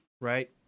right